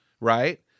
right